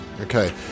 Okay